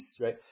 right